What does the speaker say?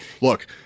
Look